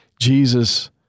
Jesus